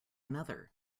another